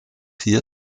hier